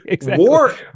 War